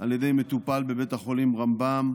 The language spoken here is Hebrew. על ידי מטופל בבית החולים רמב"ם,